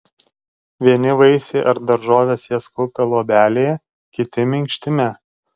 vieni vaisiai ar daržovės jas kaupia luobelėje kiti minkštime